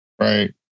right